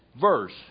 verse